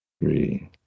three